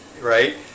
Right